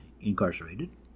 incarcerated